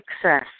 success